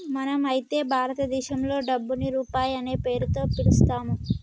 మనం అయితే భారతదేశంలో డబ్బుని రూపాయి అనే పేరుతో పిలుత్తాము